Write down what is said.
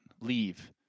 Leave